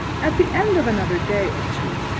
at the end of another day or two,